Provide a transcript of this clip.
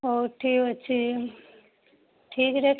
ହେଉ ଠିକ ଅଛି ଠିକ ରେଟ୍